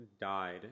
died